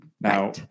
Now